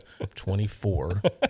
24